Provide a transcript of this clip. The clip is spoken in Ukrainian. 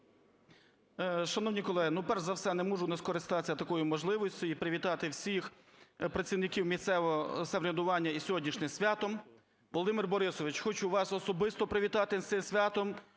Шановні колеги, перш за все, не можу не скористатися такою можливістю і привітати всіх працівників місцевого самоврядування із сьогоднішнім святом. Володимир Борисович, хочу вас особисто привітати з цим святом,